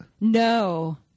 No